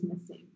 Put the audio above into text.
missing